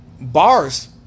bars